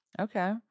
Okay